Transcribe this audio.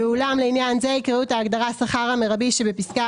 ואולם לעניין זה יקראו את ההגדרה "השכר המרבי" שבפסקה